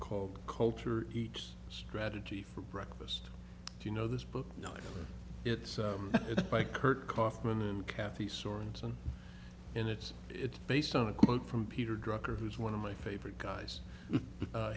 called culture eats strategy for breakfast you know this book it's by kurt kaufman and kathy sorensen and it's it's based on a quote from peter drucker who's one of my favorite guys